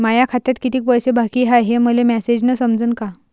माया खात्यात कितीक पैसे बाकी हाय हे मले मॅसेजन समजनं का?